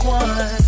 one